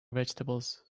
vegetables